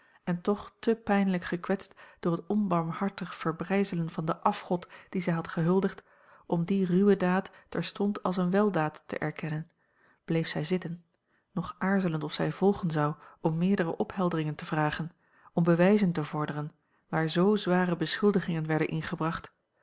en toch te pijnlijk gekwetst door het onbarmhartig verbrijzelen van den afgod dien zij had gehuldigd om die ruwe daad terstond als eene weldaad te erkennen bleef zij zitten nog aarzelend of zij volgen zou om meerdere ophelderingen te vragen om bewijzen te vorderen waar z zware beschuldigingen werden ingebracht